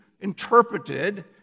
interpreted